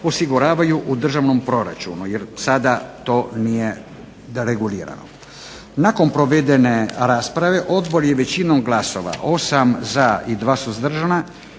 osiguravaju u državnom proračunu, jer do sada to nije regulirano. Nakon provedene rasprave Odbor je većinom glasova, 8 za i 2 suzdržana